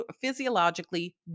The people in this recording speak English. physiologically